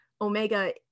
Omega